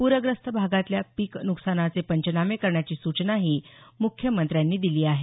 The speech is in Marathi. पूरग्रस्त भागातल्या पीक नुकसानाचे पंचनामे करण्याची सूचनाही मुख्यमंत्र्यांनी दिली आहे